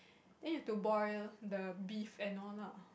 then you have to boil the beef and all lah